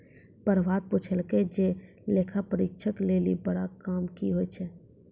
प्रभात पुछलकै जे लेखा परीक्षक लेली बड़ा काम कि होय छै?